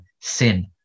sin